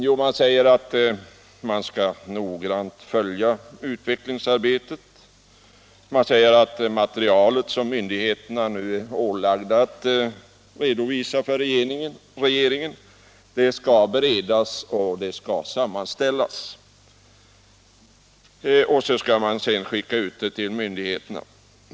Jo, att man noggrant skall följa utvecklingen och att det material som myndigheterna är ålagda att redovisa för regeringen skall sammanställas och skickas ut till myndigheterna.